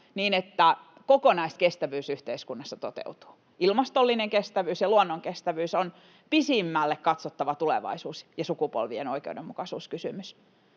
niin että kokonaiskestävyys yhteiskunnassa toteutuu. Ilmastollinen kestävyys ja luonnon kestävyys on pisimmälle katsottava tulevaisuus‑ ja sukupolvien oikeudenmukaisuuskysymys,